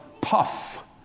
puff